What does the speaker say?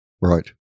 Right